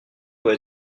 doit